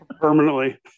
Permanently